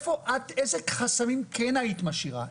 איזה חסמים כן היית משאירה?